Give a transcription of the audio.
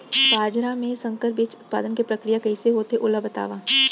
बाजरा मा संकर बीज उत्पादन के प्रक्रिया कइसे होथे ओला बताव?